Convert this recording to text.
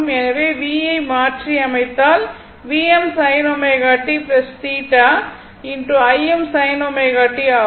எனவே v யை மாற்றி அமைத்தால் Vm sin ω t θ Im sin ω t ஆகும்